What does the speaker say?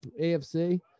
AFC